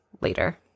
later